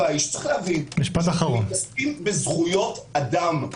מתעסקים בזכויות אדם.